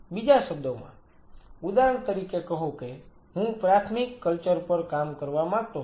બીજા શબ્દોમાં ઉદાહરણ તરીકે કહો કે હું પ્રાથમિક કલ્ચર પર કામ કરવા માંગતો હતો